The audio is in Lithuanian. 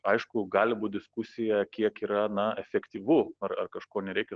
aišku gali būt diskusija kiek yra na efektyvu ar ar kažko nereikia